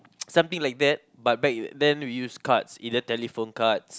something like that but back then we use cards either telephone cards